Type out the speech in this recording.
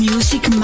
Music